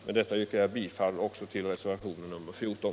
Med detta yrkar jag bifall också till reservationen 14.